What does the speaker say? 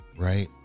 Right